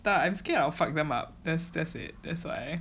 I'm scared I'll fuck them up that's that's it that's why